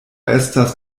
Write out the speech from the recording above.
estas